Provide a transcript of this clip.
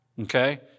Okay